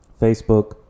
Facebook